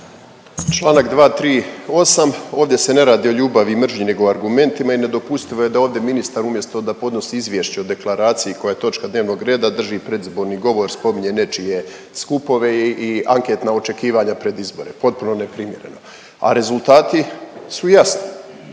Članak 238. ovdje se ne radi o ljubavi i mržnji, nego argumentima i nedopustivo je da ovdje ministar umjesto da podnosi Izvješće o deklaraciji koja je točka dnevnog reda drži predizborni govor, spominje nečije skupove i anketna očekivanja pred izbore. Potpuno neprimjereno, a rezultati su jasni.